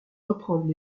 reprend